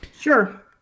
sure